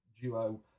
duo